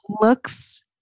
looks